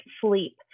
sleep